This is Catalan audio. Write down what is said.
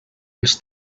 els